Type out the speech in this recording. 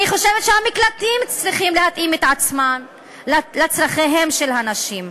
אני חושבת שהמקלטים צריכים להתאים את עצמם לצורכיהן של הנשים.